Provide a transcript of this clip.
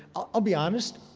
i'll be honest.